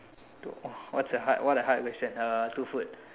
to oh what's a hard what a hard question uh two food